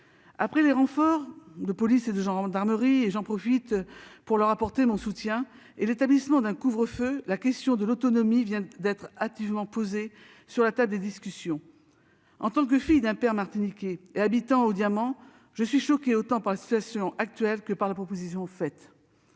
Après l'envoi de renforts de police et de gendarmerie- je profite de l'occasion qui m'est donnée pour leur exprimer mon soutien -et l'établissement d'un couvre-feu, la question de l'autonomie vient d'être hâtivement posée sur la table des discussions. En tant que fille d'un Martiniquais habitant au Diamant, je suis choquée autant par la situation actuelle que par la proposition faite.